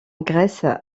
grèce